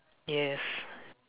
yes